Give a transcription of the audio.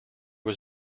was